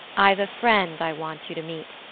i've a friend i want you to meet.